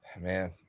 Man